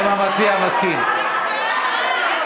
עפר.